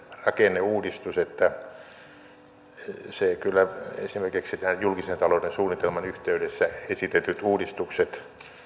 rakenneuudistus että se kyllä esimerkiksi tämän julkisen talouden suunnitelman yhteydessä esitetyt uudistukset